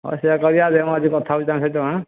ହଁ ସେୟା କରିବା ଯେ ମୁଁ ଆଜି କଥା ହେଉଛି ତାଙ୍କ ସହିତ ହେଁ